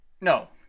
no